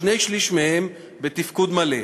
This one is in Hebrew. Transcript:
שני-שלישים מהם בתפקוד מלא.